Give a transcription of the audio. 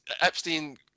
Epstein